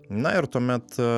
na ir tuomet